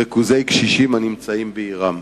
ריכוזי קשישים הנמצאים בעירם,